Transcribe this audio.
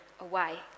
away